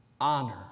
honor